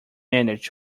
manage